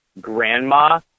grandma